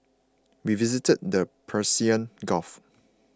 we visited their Persian Gulf